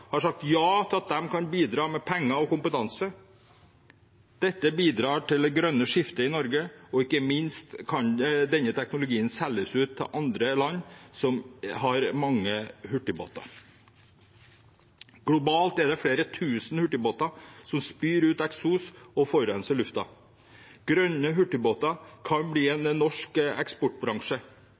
har sagt ja til å bidra med penger og kompetanse. Dette bidrar til det grønne skiftet i Norge, og ikke minst kan denne teknologien selges til andre land som har mange hurtigbåter. Globalt er det flere tusen hurtigbåter som spyr ut eksos og forurenser luften. Grønne hurtigbåter kan bli en norsk eksportbransje